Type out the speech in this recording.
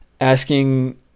asking